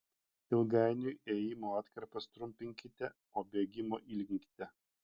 ilgainiui ėjimo atkarpas trumpinkite o bėgimo ilginkite